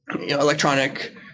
electronic